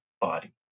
body